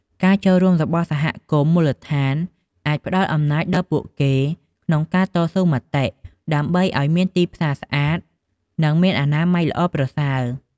ការចូលរួមរបស់សហគមន៍មូលដ្ឋានអាចផ្តល់អំណាចដល់ពួកគេក្នុងការតស៊ូមតិដើម្បីឲ្យមានទីផ្សារស្អាត និងមានអនាម័យល្អប្រសើរ។